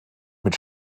mit